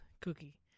Cookie